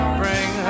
bring